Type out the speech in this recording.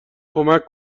کمک